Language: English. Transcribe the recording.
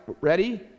Ready